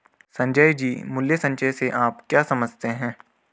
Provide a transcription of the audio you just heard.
संजय जी, मूल्य संचय से आप क्या समझते हैं?